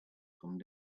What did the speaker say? come